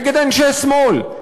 נגד אנשי שמאל,